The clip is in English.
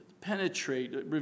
penetrate